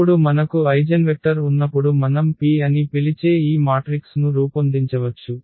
ఇప్పుడు మనకు ఐగెన్వెక్టర్ ఉన్నపుడు మనం P అని పిలిచే ఈ మాట్రిక్స్ ను రూపొందించవచ్చు